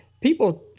people